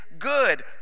good